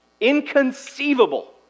Inconceivable